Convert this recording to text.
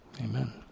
Amen